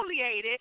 exfoliated